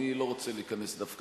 אני לא רוצה להיכנס דווקא